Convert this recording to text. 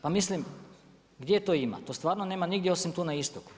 Pa mislim, gdje to ima, to stvarno nema nigdje osim tu na istoku.